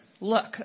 look